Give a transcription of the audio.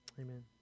Amen